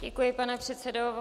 Děkuji, pane předsedo.